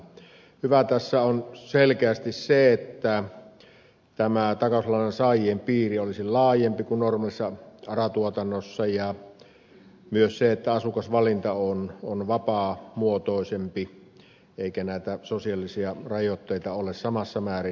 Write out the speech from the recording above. hyvää tässä on selkeästi se että takauslainan saajien piiri olisi laajempi kuin normaalissa ara tuotannossa ja myös se että asukasvalinta on vapaamuotoisempi eikä näitä sosiaalisia rajoitteita ole samassa määrin